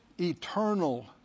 eternal